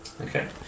Okay